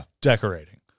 decorating